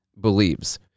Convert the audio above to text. believes